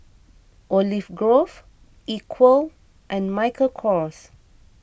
Olive Grove Equal and Michael Kors